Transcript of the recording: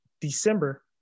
December